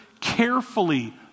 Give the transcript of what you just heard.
carefully